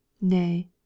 nay